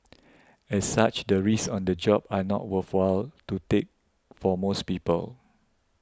as such the risks on the job are not worthwhile to take for most people